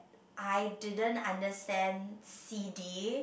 I didn't understand C_D